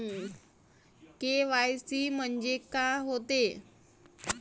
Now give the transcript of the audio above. KYC म्हंनजे का होते?